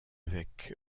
avec